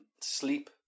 sleep